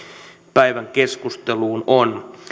päivän keskusteluun